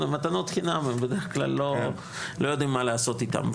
מתנות חינם בדרך כלל לא יודעים מה לעשות איתן.